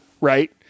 right